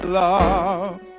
love